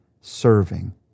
serving